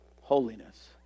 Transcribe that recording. holiness